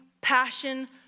passion